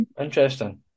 Interesting